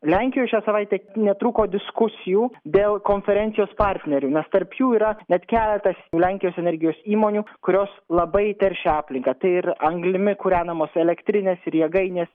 lenkijoje šią savaitę netrūko diskusijų dėl konferencijos partnerių nes tarp jų yra net keletas lenkijos energijos įmonių kurios labai teršia aplinką tai ir anglimi kūrenamos elektrinės ir jėgainės